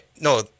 No